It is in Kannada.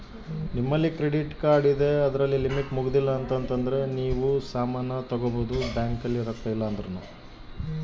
ಕ್ರೆಡಿಟ್ ಕಾರ್ಡ್ ಇಂದ ಯೆನರ ಸಾಮನ್ ತಗೊಬೊದು ಬ್ಯಾಂಕ್ ಅಲ್ಲಿ ರೊಕ್ಕ ಇಲ್ಲ ಅಂದೃನು